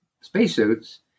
spacesuits